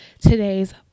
today's